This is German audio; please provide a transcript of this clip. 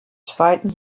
zweiten